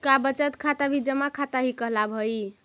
का बचत खाता भी जमा खाता ही कहलावऽ हइ?